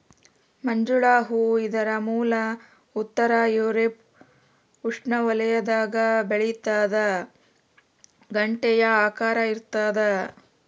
ಮಂಜುಳ ಹೂ ಇದರ ಮೂಲ ಉತ್ತರ ಯೂರೋಪ್ ಉಷ್ಣವಲಯದಾಗ ಬೆಳಿತಾದ ಗಂಟೆಯ ಆಕಾರ ಇರ್ತಾದ